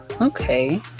Okay